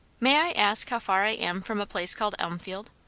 may i ask how far i am from a place called elmfield?